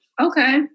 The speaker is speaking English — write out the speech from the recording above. Okay